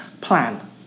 plan